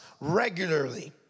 regularly